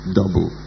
double